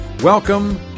Welcome